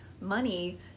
money